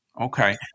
Okay